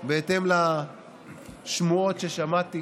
בהתאם לשמועות ששמעתי.